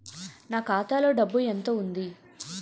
నా ఖాతాలో డబ్బు ఎంత ఉంది?